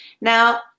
Now